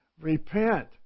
repent